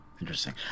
interesting